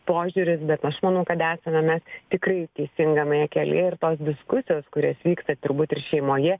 požiūris bet aš manau kad esame mes tikrai teisingame kelyje ir tos diskusijos kurios vyksta turbūt ir šeimoje